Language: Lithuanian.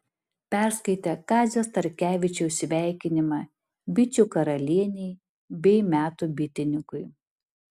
perskaitė kazio starkevičiaus sveikinimą bičių karalienei bei metų bitininkui